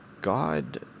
God